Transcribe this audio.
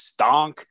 Stonk